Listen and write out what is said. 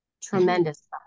tremendous